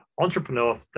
entrepreneur